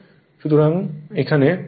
সুতরাং এখানে Im 200300 হবে